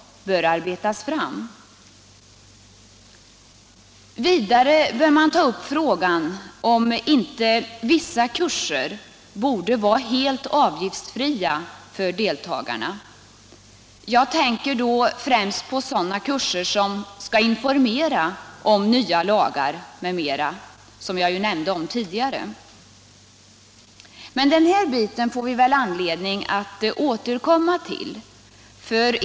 Vidare bör man ta upp frågan om inte vissa kurser borde vara helt avgiftsfria för deltagarna. Jag tänker då främst på sådana kurser som skall informera om nya lagar m.m., som jag ju tidigare nämnt. Den här biten får vi väl anledning att återkomma till.